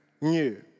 new